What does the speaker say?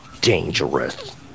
Dangerous